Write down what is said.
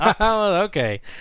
Okay